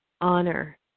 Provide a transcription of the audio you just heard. honor